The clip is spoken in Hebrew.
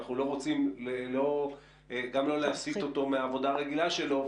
אנחנו לא רוצים להסית אותו מהעבודה הרגילה שלו,